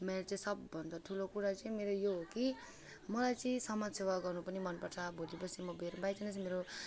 मेरो चाहिँ सबभन्दा ठुलो कुरा चाहिँ मेरो यो हो कि मलाई चाहिँ समाजसेवा गर्नु पनि मन पर्छ भोलि पर्सि म फेरि बाइ चान्स मेरो